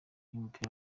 w’umupira